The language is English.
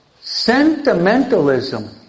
Sentimentalism